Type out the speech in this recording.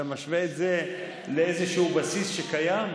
אתה משווה את זה לאיזשהו בסיס שקיים?